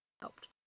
helped